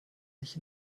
nicht